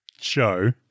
show